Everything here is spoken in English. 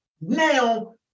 now